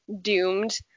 doomed